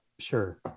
sure